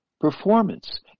performance